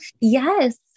Yes